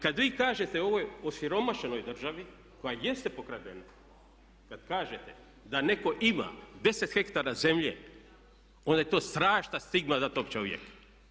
Kad vi kažete ovoj osiromašenoj državi koja jeste pokradena kad kažete da netko ima 10 hektara zemlje onda je to strašna stigma za tog čovjeka.